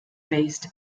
based